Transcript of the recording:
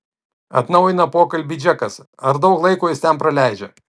atnaujina pokalbį džekas ar daug laiko jis ten praleidžia